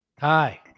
Hi